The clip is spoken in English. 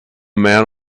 man